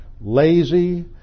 lazy